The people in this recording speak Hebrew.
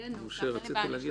יהיה נוסח, אין לי בעיה,